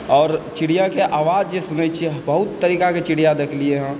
आओर चिड़ियाके आवाज सुनै छी बहुत तरीकाके चिड़िया देखलियै हँ